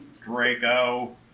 Draco